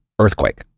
earthquake